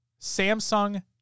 Samsung